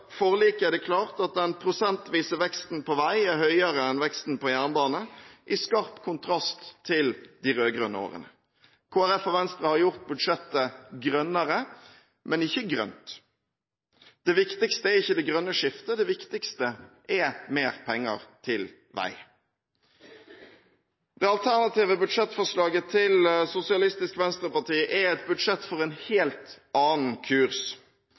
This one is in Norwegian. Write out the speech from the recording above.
forliket er det klart at den prosentvise veksten på vei er høyere enn veksten på jernbane – i skarp kontrast til de rød-grønne årene. Kristelig Folkeparti og Venstre har gjort budsjettet grønnere, men ikke grønt. Det viktigste er ikke det grønne skiftet, det viktigste er mer penger til vei. Det alternative budsjettforslaget til SV er et budsjett for en helt annen kurs.